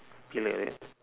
K wait wait